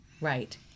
right